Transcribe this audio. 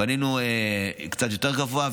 פנינו קצת יותר גבוה,